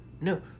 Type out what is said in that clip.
no